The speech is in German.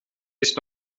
ist